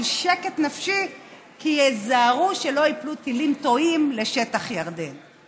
שקט נפשי כי ייזהרו שלא ייפלו טילם תועים לשטח ירדן.